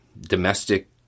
domestic